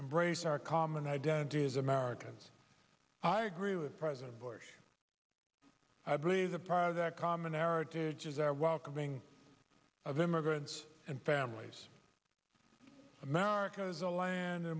embrace our common identity as americans i agree with president bush i believe the pride of that common heritage is our welcoming of immigrants and families america is a land